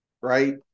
Right